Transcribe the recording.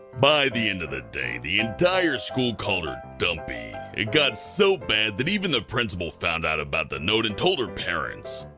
by the end of the day, the entire school called her dumpy. it got so bad that even the principal found out about the note and told her parents.